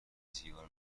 سیگار